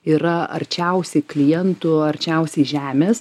yra arčiausiai klientų arčiausiai žemės